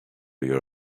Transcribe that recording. your